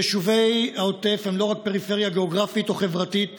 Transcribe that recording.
יישובי העוטף הם לא רק פריפריה גיאוגרפית או חברתית,